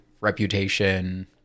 reputation